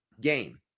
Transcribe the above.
game